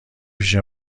پیش